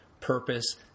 purpose